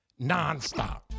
nonstop